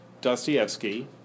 Dostoevsky